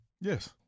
Yes